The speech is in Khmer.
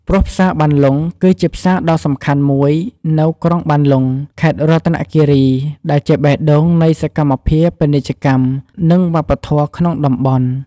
ព្រោះផ្សារបានលុង គឺជាផ្សារដ៏សំខាន់មួយនៅក្រុងបានលុង ខេត្តរតនគិរី ដែលជាបេះដូងនៃសកម្មភាពពាណិជ្ជកម្ម និងវប្បធម៌ក្នុងតំបន់។